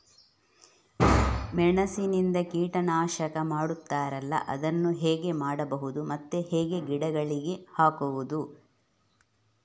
ಮೆಣಸಿನಿಂದ ಕೀಟನಾಶಕ ಮಾಡ್ತಾರಲ್ಲ, ಅದನ್ನು ಹೇಗೆ ಮಾಡಬಹುದು ಮತ್ತೆ ಹೇಗೆ ಗಿಡಗಳಿಗೆ ಹಾಕುವುದು?